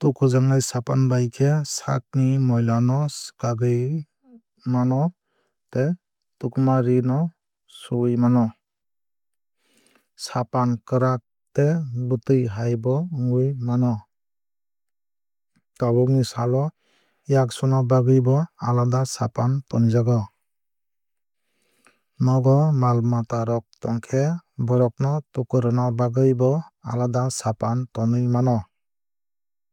Tukujaknai sapan bai khe saak ni moila no swkagwui mano tei tukuma ree no suwui mano. Spapn kwrak tei bwtwui hai bo wngwui mano. Tabukni sal o yak suna bagwui bo alada sapan tonijago. Nogo mal mata rok tonkhe bohrok tukurwna bagwui bo alada sapan tonwui mano.